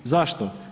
Zašto?